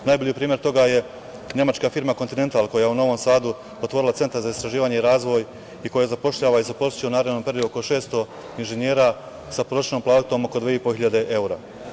Najbolji primer toga je nemačka firma „Kontinental“, koja je u Novom Sadu otvorila Centar za istraživanje i razvoj i koja zapošljava i zaposliće u narednom periodu oko 600 inženjera sa prosečnom platom oko 2.500 evra.